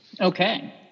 Okay